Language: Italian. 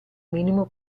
minimo